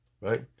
right